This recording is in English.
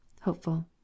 hopeful